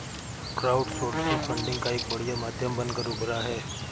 crowdsourcing funding का एक बढ़िया माध्यम बनकर उभरा है